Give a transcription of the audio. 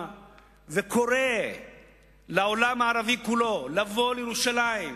וקורא לעולם הערבי כולו לבוא לירושלים,